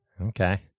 Okay